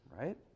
right